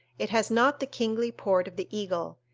it has not the kingly port of the eagle,